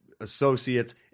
associates